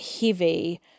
heavy